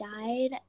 died